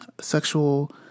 sexual